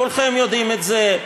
כולכם יודעים את זה.